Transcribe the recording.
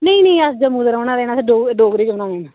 नीं नीं अस जम्मू दे रौह्ने आह्ले न डोगरे गै न